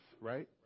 right